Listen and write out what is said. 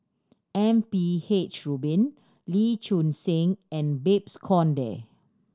M P H Rubin Lee Choon Seng and Babes Conde